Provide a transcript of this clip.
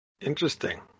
Interesting